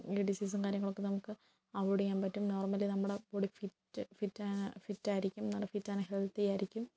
ഈ ഡിസീസും കാര്യങ്ങളൊക്കെ നമുക്ക് അവോയ്ഡ് ചെയ്യാൻ പറ്റും നോർമലി നമ്മുടെ ബോഡി ഫിറ്റ് ഫിറ്റായിരിക്കും നല്ല ഫിറ്റ് ആൻഡ് ഹെൽത്തി ആയിരിക്കും